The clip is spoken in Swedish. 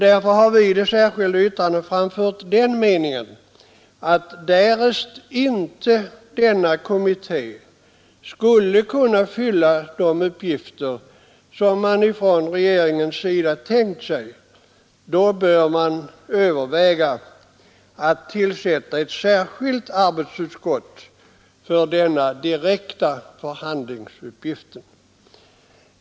Därför har vi i det särskilda yttrandet framfört den meningen, att därest kommittén icke skulle kunna fylla de uppgifter som regeringen tänkt sig, bör man överväga att tillsätta ett särskilt arbetsutskott för denna direkta förhandlingsuppgift.